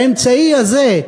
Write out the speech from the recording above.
באמצעי הזה,